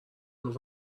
گفت